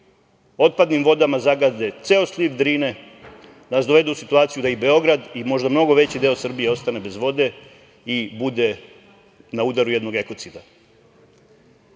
otpadnim vodama zagade ceo sliv Drine, da nas dovedu u situaciju da i Beograd i možda mnogo veći deo Srbije ostane bez vode i bude na udaru jednog ekocida. Moramo